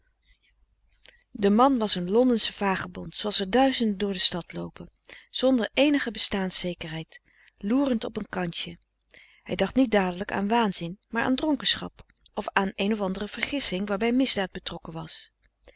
de man was een londensche vagebond zooals er duizenden door de stad loopen zonder eenige bestaanszekerheid loerend op een kansje hij dacht niet dadelijk aan waanzin maar aan dronkenschap of aan een of andere vergissing waarbij misdaad betrokken was